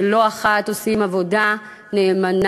שלא אחת עושים עבודה נאמנה,